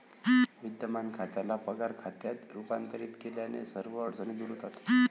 विद्यमान खात्याला पगार खात्यात रूपांतरित केल्याने सर्व अडचणी दूर होतात